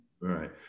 Right